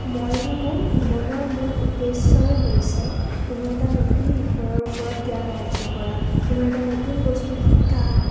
মই ভাবোঁ ভ্ৰমণৰ মূল উদ্দেশ্যই হৈছে কোনো এটা নতুন বিষয়ৰ ওপৰত জ্ঞান আয়ত্ব কৰা কোনো এটা নতুন বস্তু শিকা